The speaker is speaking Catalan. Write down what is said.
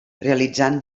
realitzant